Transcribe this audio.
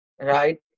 right